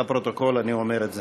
לפרוטוקול אני אומר את זה.